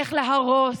איך להרוס,